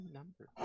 number